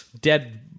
dead